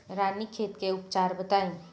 रानीखेत के उपचार बताई?